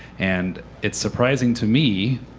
and it's surprising to me,